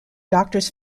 doctors